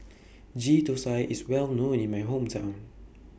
Ghee Thosai IS Well known in My Hometown